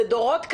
זה דורות קדימה.